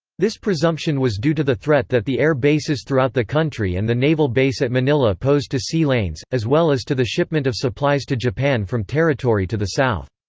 this presumption was due to the threat that the air bases throughout the country and the naval base at manila posed to sea lanes, as well as to the shipment of supplies to japan from territory to the south.